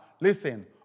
Listen